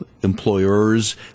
employers